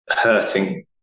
hurting